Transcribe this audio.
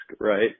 right